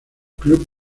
club